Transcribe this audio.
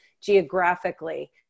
geographically